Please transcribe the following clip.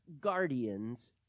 guardians